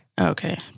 okay